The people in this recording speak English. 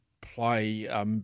play –